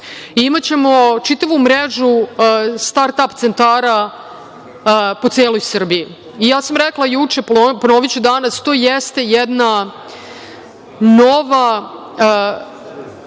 Imaćemo čitavu mrežu start ap centara po celoj Srbiji. Rekla sam juče, ponoviću danas, to jeste jedna nova